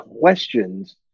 questions